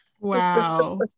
Wow